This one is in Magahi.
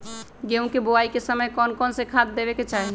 गेंहू के बोआई के समय कौन कौन से खाद देवे के चाही?